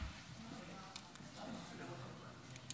כנסת נכבדה, בראשית